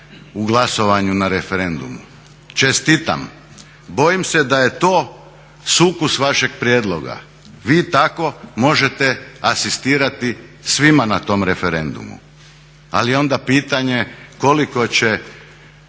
u glasovanju na referendumu. Čestitam. Bojim se da je to sukus vašeg prijedloga. Vi tako možete asistirati svima na tom referendumu, ali je onda pitanje koliko će